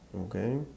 okay